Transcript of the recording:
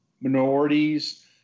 minorities